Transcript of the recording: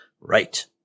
Right